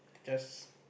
just